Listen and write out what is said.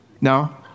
No